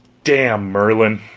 damn merlin!